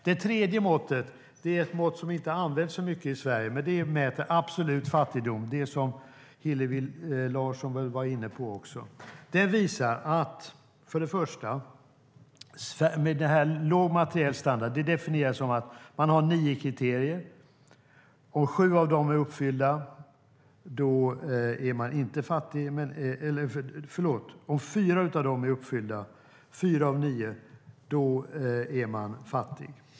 Det tredje måttet är ett mått som inte används så mycket i Sverige, och det mäter absolut fattigdom. Hillevi Larsson var också inne på det. Där definieras låg materiell standard med nio kriterier, och om fyra av dem är uppfyllda är man fattig.